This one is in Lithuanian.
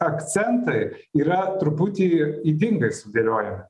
akcentai yra truputį ydingai sudėliojama